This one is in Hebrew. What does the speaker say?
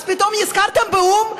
אז פתאום נזכרתם באו"ם?